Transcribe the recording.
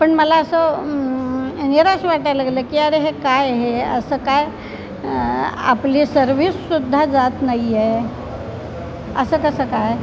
पण मला असं निराश वाटायला लागलं की अरे हे काय हे असं काय आपली सर्विससुद्धा जात नाही आहे असं कसं काय